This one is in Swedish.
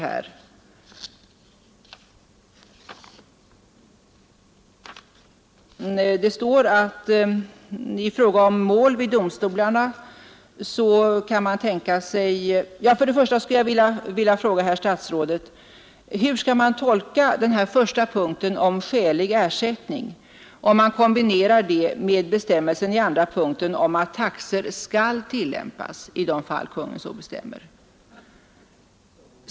Hur skall man tolka den första punkten om ”skälig ersättning”, om man kombinerar det med bestämmelsen i andra punkten om att taxa ”skall tillämpas” i det fall Konungen så bestämmer?